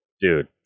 dude